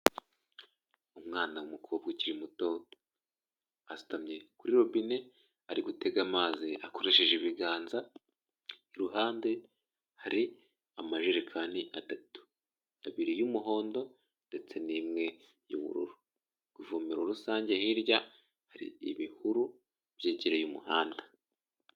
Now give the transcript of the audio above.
Umwana w'umukobwa ukiri muto asutamye kuri robine ari gutega amazi akoresheje ibiganza' ku ruhande hari amajerekani atatu, abiri y'umuhondo ndetse n'imwe y'ubururu. Ku ivomero rusange hirya hari ibihuru byegereye umuhanda.